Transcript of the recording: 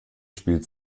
spielt